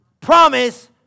Promise